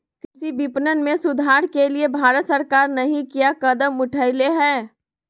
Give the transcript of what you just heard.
कृषि विपणन में सुधार के लिए भारत सरकार नहीं क्या कदम उठैले हैय?